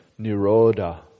Niroda